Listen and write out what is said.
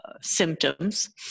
symptoms